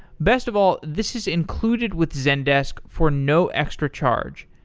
best of all, this is included with zendesk for no extra charge.